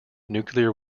nuclear